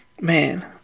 man